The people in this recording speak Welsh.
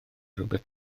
rywbeth